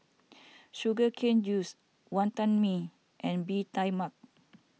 Sugar Cane Juice Wantan Mee and Bee Tai Mak